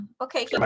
okay